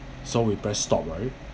so we press stop right